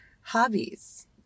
hobbies